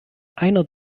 einer